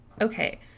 Okay